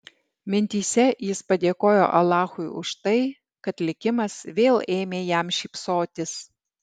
mintyse jis padėkojo alachui už tai kad likimas vėl ėmė jam šypsotis